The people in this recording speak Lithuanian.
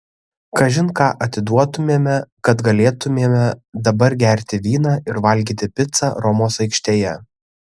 kažin ką atiduotumėme kad galėtumėme dabar gerti vyną ir valgyti picą romos aikštėje